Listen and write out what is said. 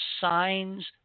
signs